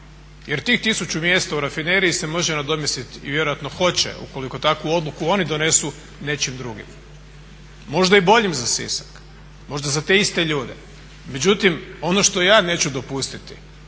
jer tih tisuću mjesta u rafineriji se može nadomjestiti vjerojatno i hoće ukoliko takvu odluku oni donesu nečim drugim, možda i boljim za Sisak, možda za te iste ljude. Međutim, ono što ja neću dopustiti